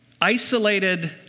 Isolated